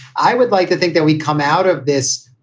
i would like to think that we come out of this,